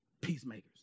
Peacemakers